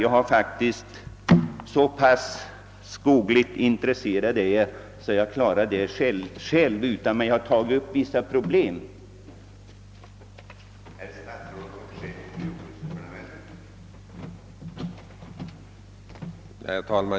Jag är faktiskt så pass skogligt intresserad att jag kan göra dessa bedömningar själv, men jag har velat ta upp vissa problem för att få dem belysta.